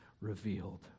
revealed